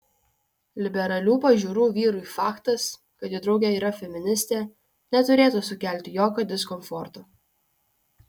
liberalių pažiūrų vyrui faktas kad jo draugė yra feministė neturėtų sukelti jokio diskomforto